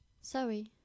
Sorry